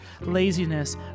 laziness